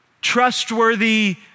trustworthy